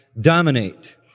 dominate